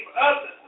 others